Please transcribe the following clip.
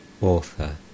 Author